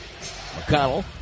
McConnell